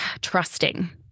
trusting